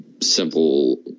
simple